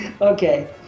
Okay